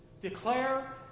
declare